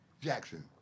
Jackson